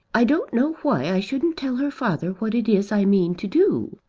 i don't know why i shouldn't tell her father what it is i mean to do.